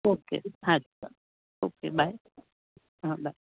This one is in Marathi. ओके अच्छा ओके बाय हां बाय